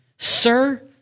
Sir